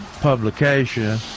publication